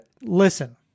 listen